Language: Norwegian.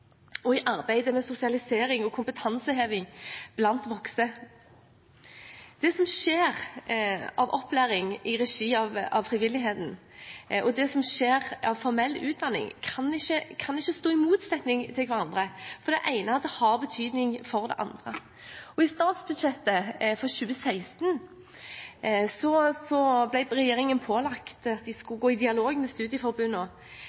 og i arbeidet med sosialisering og kompetanseheving blant voksne. Det som skjer av opplæring i regi av frivilligheten, og det som skjer av formell utdanning, kan ikke stå i motsetning til hverandre, for det ene har betydning for det andre. I behandlingen av statsbudsjettet for 2016 ble regjeringen pålagt